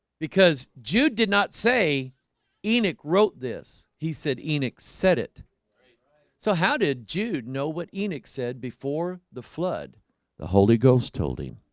because jude did not say enoch wrote this. he said enoch said it so, how did jude know what enoch said before the flood the holy ghost told him?